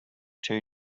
two